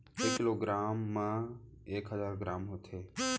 एक kilogram मा एक हजार ग्राम होथे